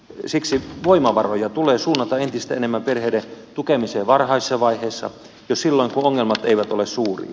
siksi voimavaroja tulee suunnata entistä enemmän perheiden tukemiseen varhaisessa vaiheessa jo silloin kun ongelmat eivät ole suuria